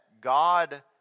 God